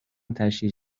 تشییع